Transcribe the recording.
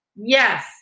Yes